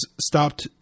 stopped